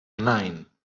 nine